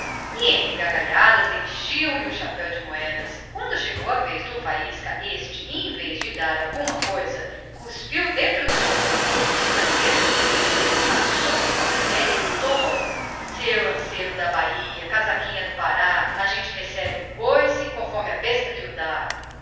entre gargalhadas enchiam lhe o chapéu de moedas ao chegar a vez do faísca este em vez de dinheiro lançou-lhe a ponta do cigarro o matuto como de costume cavaqueou com a pilhéria e gritou zangado seu lanceiro da bahia casaquinha do pará a gente recebe o coice conforme a besta que o dá